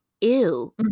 Ew